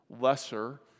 lesser